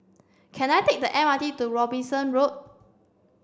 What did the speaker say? can I take the M R T to Robinson Road